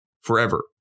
forever